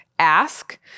ask